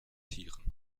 tieren